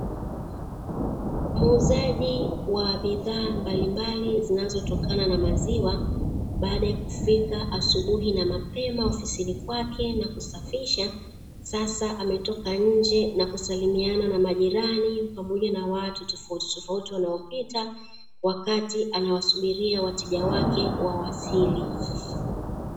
Muuzaji wa bidhaa mbalimbali zinazotokana na maziwa baada ya kifika asubuhi na mapema ofisini kwake na kusafisha sasa ametoka nje na kusalmiana na majirani pamoja na watu tofauti tofauti wanaopita wakati anasubiria wateja wake wawasili.